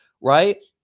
right